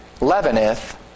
leaveneth